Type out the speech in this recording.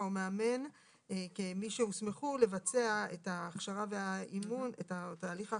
או מאמן כמי שהוסמכו לבצע את תהליך ההכשרה.